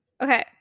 Okay